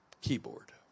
keyboard